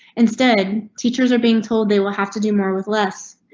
instead, teachers are being told they will have to do more with less.